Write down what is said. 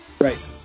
Right